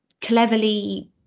cleverly